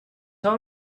all